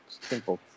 Simple